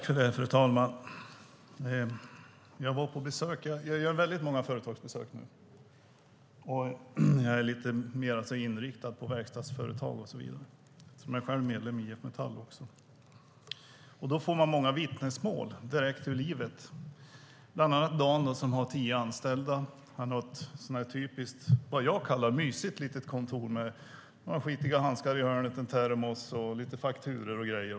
Fru talman! Jag gör väldigt många företagsbesök nu. Jag är lite mer inriktad på verkstadsföretag, eftersom jag själv är medlem i IF Metall. Jag får många vittnesmål direkt ur livet. Jag har bland annat träffat Dan som har tio anställda. Han har ett typiskt, vad jag kallar mysigt, litet kontor med några skitiga handskar i hörnet, en termos, lite fakturor och grejer.